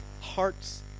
hearts